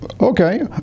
Okay